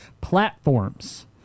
platforms